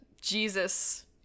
jesus